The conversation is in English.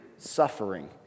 Suffering